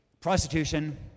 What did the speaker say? prostitution